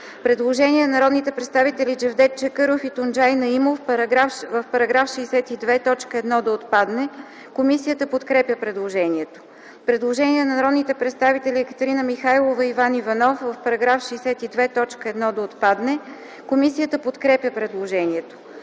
Предложение от народните представители Джевдет Чакъров и Тунджай Наимов – в § 62 т. 1 да отпадне. Комисията подкрепя предложението. Предложение от народните представители Екатерина Михайлова и Иван Иванов – в § 62 т. 1 да отпадне. Комисията подкрепя предложението.